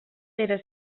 era